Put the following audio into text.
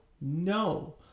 no